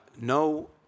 no